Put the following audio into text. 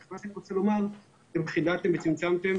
אני רוצה לומר שחידדתם וצמצמתם